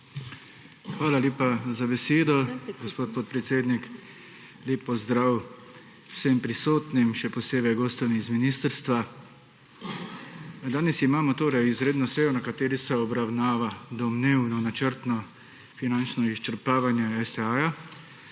Hvala lepa za besedo, gospod podpredsednik. Lep pozdrav vsem prisotnim, še posebej gostom iz ministrstva. Danes imamo izredno sejo na kateri se obravnavna domnevno načrtno finančno izčrpavanje STA